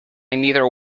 neither